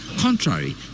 contrary